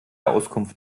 auskunft